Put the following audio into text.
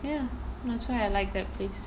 ya that's why I like that place